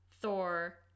Thor